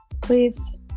please